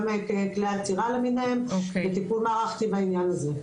גם כלי אצירה למיניהם וטיפול מערכתי בעניין הזה.